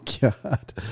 God